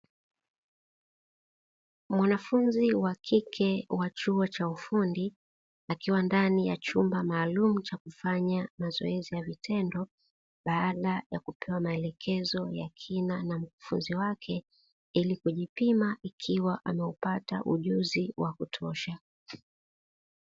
Mwanafunzi wa kike wa chuo cha ufundi akiwa ndani ya chumba maalumu cha kufanya mazoezi ya vitendo, baada ya kupewa maelekezo ya kina na mkufuzi wake ili kujipima ikiwa ameupata ujuzi wa kutosha.